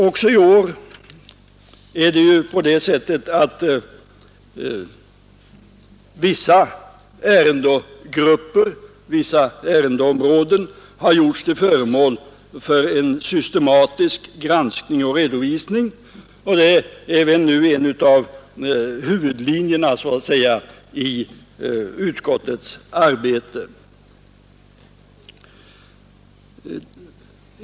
Också i år har vissa ärendeområden gjorts till föremål för en systematisk granskning och redovisning, och detta är väl nu så att säga en av huvudlinjerna i utskottets arbete.